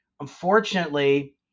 Unfortunately